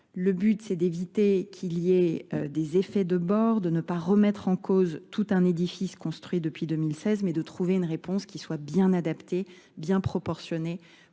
Le but, c'est d'éviter qu'il y ait des effets de bord, de ne pas remettre en cause tout un édifice construit depuis 2016, mais de trouver une réponse qui soit bien adaptée, bien proportionnée